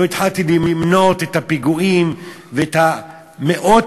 לא התחלתי למנות את הפיגועים ואת מאות